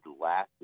last